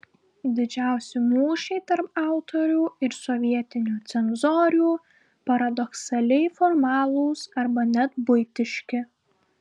didžiausi mūšiai tarp autorių ir sovietinių cenzorių paradoksaliai formalūs arba net buitiški